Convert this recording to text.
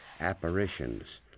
Apparitions